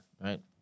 right